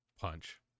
punch